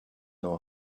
nor